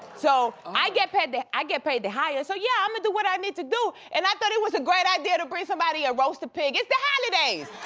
so i get paid the get paid the highest, so yeah i'ma do what i need to do and i thought it was a great idea to bring somebody a roasted pig. it's the holidays!